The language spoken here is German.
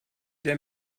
der